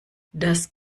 das